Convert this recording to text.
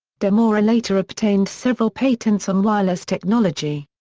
de moura later obtained several patents on wireless technology.